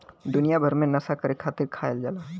दुनिया भर मे नसा करे खातिर खायल जाला